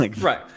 Right